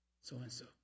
so-and-so